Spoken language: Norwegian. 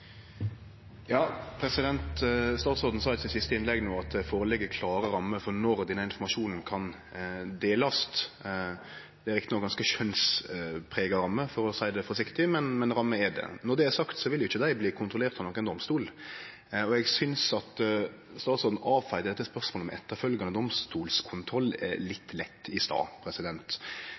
klare rammer for når denne informasjonen kan delast. Det er riktignok ganske skjønnsprega rammer, for å seie det forsiktig, men rammer er det. Når det er sagt, vil ikkje dei bli kontrollerte av nokon domstol. Eg synest at statsråden avfeia dette spørsmålet om etterfølgjande domstolskontroll litt lett i stad.